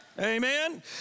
Amen